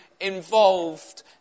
involved